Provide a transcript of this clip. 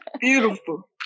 Beautiful